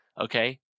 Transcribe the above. okay